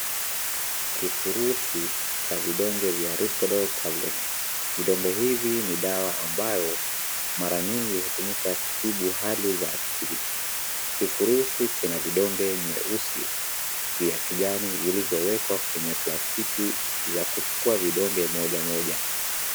Kifurushi cha vidonge vya Risperdal Tablets vidonge hivi ni dawa ambayo mara nyingi hutumika kutibu hali za akili, kifurishi kina vidonge nyeusi vya kijani vilivyowekwa kwenye plastiki za kuchukua vidonge moja moja .